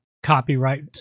copyright